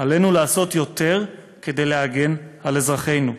עלינו לעשות יותר כדי להגן על אזרחינו.